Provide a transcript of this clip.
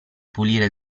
pulire